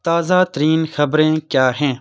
تازہ ترین خبریں کیا ہیں